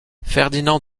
ferdinand